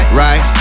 right